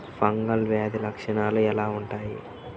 Fungal వ్యాధి లక్షనాలు ఎలా వుంటాయి?